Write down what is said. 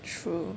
true